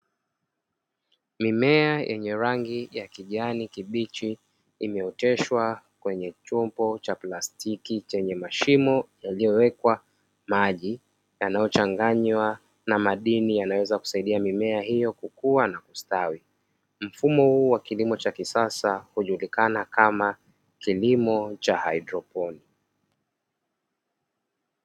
Mimea yenye rangi ya kijani kibichi imeoteshwa kwenye chombo cha plastiki chenye mashimo yaliyowekwa maji, yanayochanganywa na madini yanayoweza kusaidia mimea hiyo kukua na kustawi; mfumo huu wa kilimo cha kisasa hujulikana kama kilimo cha haidroponi.